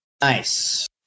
Nice